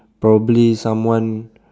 probably someone